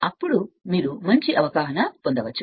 అప్పుడు మీరు మంచి రూపాన్ని పొందవచ్చు